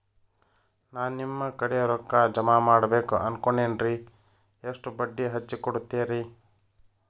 ನಾ ನಿಮ್ಮ ಕಡೆ ರೊಕ್ಕ ಜಮಾ ಮಾಡಬೇಕು ಅನ್ಕೊಂಡೆನ್ರಿ, ಎಷ್ಟು ಬಡ್ಡಿ ಹಚ್ಚಿಕೊಡುತ್ತೇರಿ?